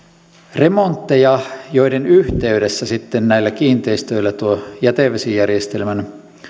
remontteja joiden yhteydessä sitten näillä kiinteistöillä tuo jätevesijärjestelmän